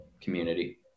community